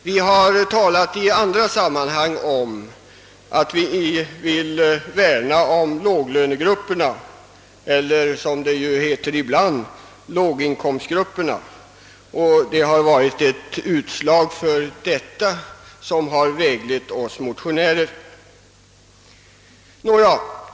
Vi har i andra sammanhang talat om att vi vill värna om låglönegrupperna eller — som det ibland heter — låginkomstgrupperna. Det är samma tanke som har väglett oss motionärer.